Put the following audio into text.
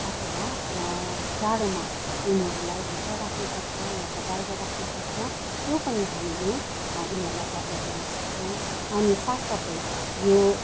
अथवा जाडोमा उनीहरूलाई भित्र राख्नुपर्छ या त बाहिर राख्नुपर्छ त्यो पनि हामीले उनीहरूलाई बताइदिन सक्छौँ नि साथ साथै यो